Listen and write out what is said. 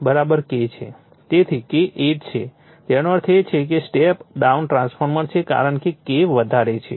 તેથી K 8 છે તેનો અર્થ એ કે તે એક સ્ટેપ ડાઉન ટ્રાન્સફોર્મર છે કારણ કે K વધારે છે